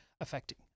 affecting